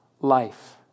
life